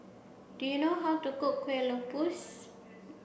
do you know how to cook Kueh Lupis